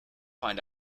find